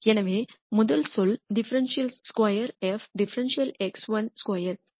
எனவே முதல் சொல் ∂2 f ∂x12